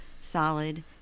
solid